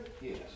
yes